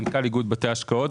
מנכ"ל איגוד בתי השקעות,